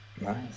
nice